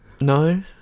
No